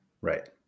right